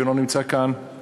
שלא נמצא כאן,